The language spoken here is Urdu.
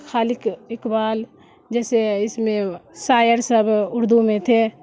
خالق اقبال جیسے اس میں شاعر سب اردو میں تھے